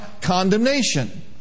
condemnation